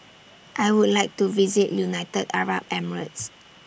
I Would like to visit United Arab Emirates